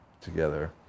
together